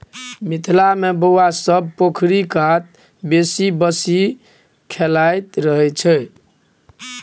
मिथिला मे बौआ सब पोखरि कात बैसि बंसी खेलाइत रहय छै